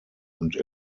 und